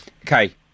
okay